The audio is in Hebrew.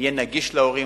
שיהיה נגיש להורים.